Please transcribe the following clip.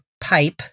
pipe